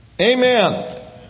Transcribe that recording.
Amen